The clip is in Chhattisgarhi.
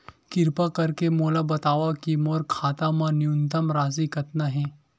किरपा करके मोला बतावव कि मोर खाता मा न्यूनतम राशि कतना हे